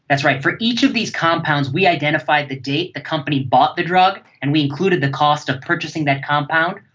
that's right, for each of these compounds we identified the date the company bought the drug and we included the cost of purchasing that compound.